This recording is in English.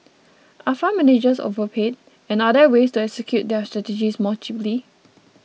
are fund managers overpaid and are there ways to execute their strategies more cheaply